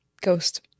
Ghost